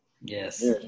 Yes